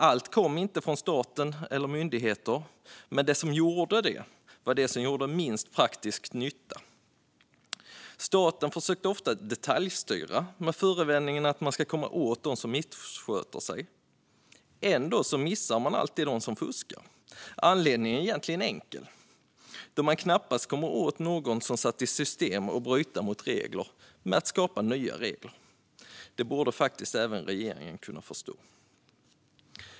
Allt kom inte från staten och myndigheterna, men det som gjorde det gjorde minst praktisk nytta. Staten försöker ofta detaljstyra under förevändningen att man ska komma åt dem som missköter sig. Ändå missar man alltid dem som fuskar. Anledningen är enkel: Man kommer knappast åt någon som satt i system att bryta mot regler genom att skapa nya regler. Det borde faktiskt även regeringen kunna förstå.